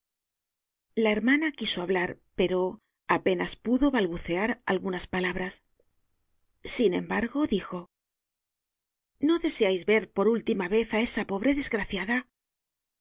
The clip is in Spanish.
la hermana quiso hablar pero apenas pudo balbucear algunas palabras sin embargo dijo no deseais ver por última vez á esa pobre desgraciada